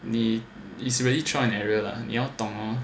你 it's really trial and error ah 你要懂 hor